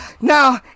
now